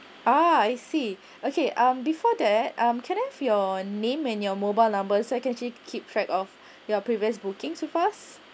ah I see okay um before that um can I have your name and your mobile number so I can actually keep track of your previous booking so fast